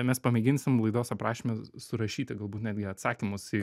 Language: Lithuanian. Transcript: mes pamėginsim laidos aprašyme surašyti galbūt netgi atsakymus į